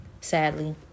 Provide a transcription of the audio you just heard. Sadly